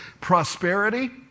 prosperity